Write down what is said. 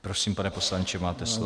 Prosím, pane poslanče, máte slovo.